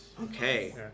Okay